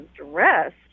dressed